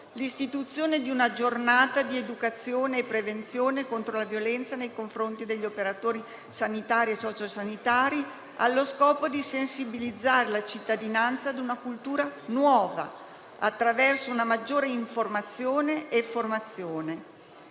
l'istituzione di una giornata di educazione e prevenzione contro la violenza nei confronti degli operatori sanitari e socio-sanitari, allo scopo di sensibilizzare la cittadinanza ad una cultura nuova, attraverso una maggiore informazione e formazione.